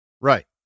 Right